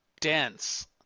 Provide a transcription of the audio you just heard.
dense